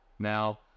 Now